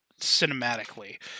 cinematically